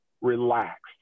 relaxed